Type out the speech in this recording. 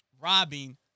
robbing